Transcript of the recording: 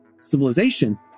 civilization